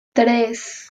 tres